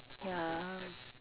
ya